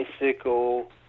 Bicycle